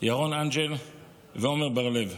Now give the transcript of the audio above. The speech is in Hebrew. ירון אנג'ל ועמר בר לב.